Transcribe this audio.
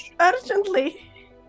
urgently